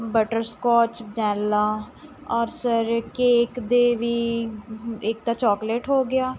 butterscotch ਡਾਇਲਾ ਔਰ sir cake ਦੇ ਵੀ ਇੱਕ ਤਾਂ ਚੋਕਲੇਟ ਹੋ ਗਿਆ